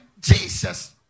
Jesus